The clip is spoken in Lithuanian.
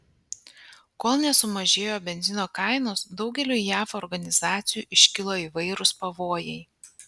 kol nesumažėjo benzino kainos daugeliui jav organizacijų iškilo įvairūs pavojai